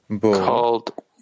called